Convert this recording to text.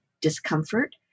discomfort